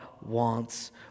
wants